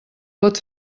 pot